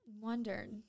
wondered